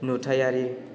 नुथायारि